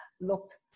looked